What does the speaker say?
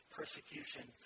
persecution